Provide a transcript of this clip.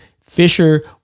Fisher